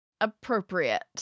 appropriate